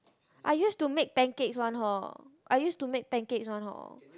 I used to make pancakes one hor I used to make pancakes one hor